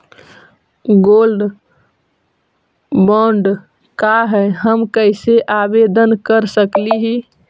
Gold bond का है, हम कैसे आवेदन कर सकली ही?